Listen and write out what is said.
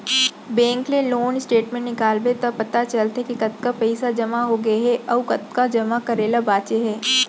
bank ले loan statement निकलवाबे त पता चलथे के कतका पइसा जमा हो गए हे अउ कतका जमा करे ल बांचे हे